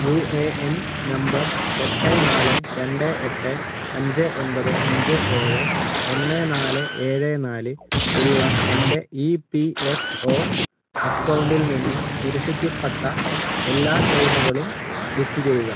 U A N number എട്ട് നാല് രണ്ട് എട്ട് അഞ്ച് ഒൻപത് അഞ്ച് ഏഴ് ഒന്ന് നാല് ഏഴ് നാല് ഉള്ള എൻ്റെ ഇ പി എഫ് ഒ അക്കൗണ്ടിൽ നിന്ന് നിരസിക്കപ്പെട്ട എല്ലാ ക്ലെയിമുകളും ലിസ്റ്റ് ചെയ്യുക